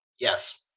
Yes